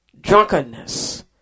drunkenness